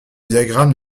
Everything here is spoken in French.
diagramme